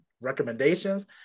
recommendations